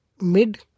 mid